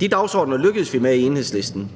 De dagsordener lykkedes vi med i Enhedslisten.